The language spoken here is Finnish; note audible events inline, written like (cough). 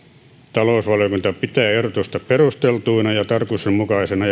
talousvaliokunta pitää ehdotusta perusteltuna ja tarkoituksenmukaisena (unintelligible)